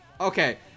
okay